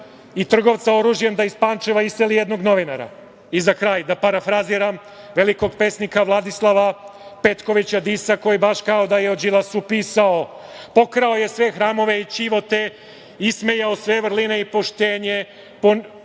i trgovca oružjem da iz Pančeva iseli jednog novinara.Za kraj, da parafraziram velikog pesnika Vladislava Petkovića Disa, koji baš kao da je o Đilasu pisao – pokrao je sve hramove i ćivote, ismejao sve vrline i poštenje, ponizio